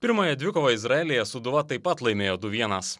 pirmąją dvikovą izraelyje sūduva taip pat laimėjo du vienas